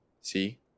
see